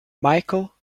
micheal